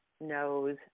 knows